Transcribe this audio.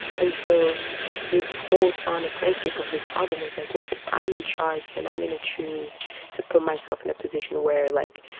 and so this whole sonic landscape of this album is like what if i'm in charge then i'm going to choose to put myself in a position where like